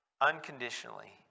unconditionally